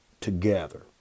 together